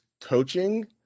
coaching